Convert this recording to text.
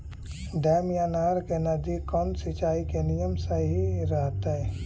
Dam या नहर के नजदीक कौन सिंचाई के नियम सही रहतैय?